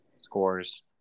scores